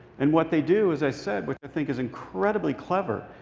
and what they do, as i said, which i think is incredibly clever,